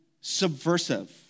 subversive